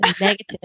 negative